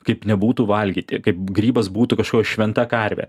kaip nebūtų valgyti kaip grybas būtų kažkoks šventa karvė